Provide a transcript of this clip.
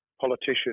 politician